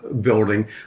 building